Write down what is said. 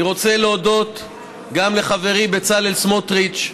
אני רוצה להודות גם לחברי בצלאל סמוטריץ,